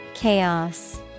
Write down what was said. chaos